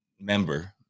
member